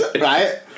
right